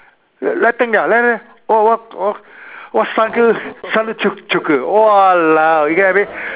!walao! you get what I mean